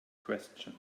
question